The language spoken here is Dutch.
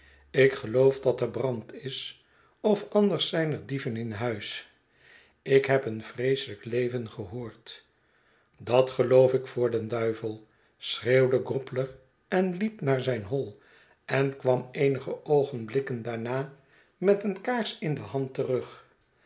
ik geloof dat er brand is of anders zijn er dieven in huis ik heb een vreeselijk leven gehoord dat geloof ik voor den duivel i schreeuwde gobler en liep naar zijn hoi en kwam eenige oogenblikken daarna met een kaars in de hand terug